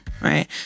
Right